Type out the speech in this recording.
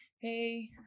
hey